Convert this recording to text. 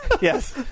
yes